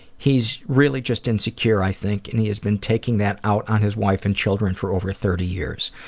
he's really just insecure, i think and he's been taking that out on his wife and children for over thirty years.